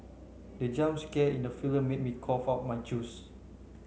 the jump scare in the film made me cough out my juice